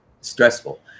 stressful